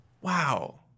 wow